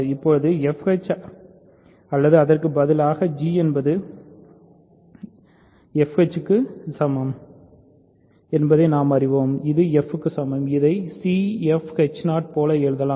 இப்போது fh அல்லது அதற்கு பதிலாக g என்பது fh க்கு சமம் என்பதை நாம் அறிவோம் இது f க்கு சமம் இதை இந்த c f போல எழுதலாம்